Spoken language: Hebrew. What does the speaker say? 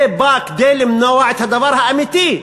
זה בא כדי למנוע את הדבר האמיתי.